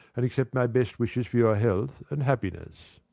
and accept my best wishes for your health and happiness.